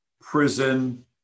prison